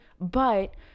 but-